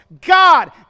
God